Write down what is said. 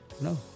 No